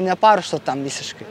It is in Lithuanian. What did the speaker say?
neparuošta tam visiškai